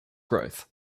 growth